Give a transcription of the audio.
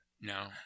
no